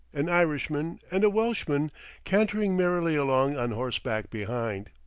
an irishman, and a welshman cantering merrily along on horseback behind.